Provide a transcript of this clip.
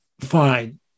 fine